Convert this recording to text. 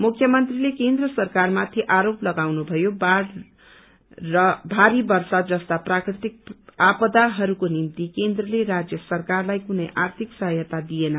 मुख्यमन्त्रीले केन्द्र सरकारमाथि आरोप लगाउनुभयो बाढ़ र भारी वर्षा जस्ता प्राकृतिक आपदाहरूको निम्ति केन्द्रले राज्य सरकारलाई कुनै आर्थिक सहायता दिएन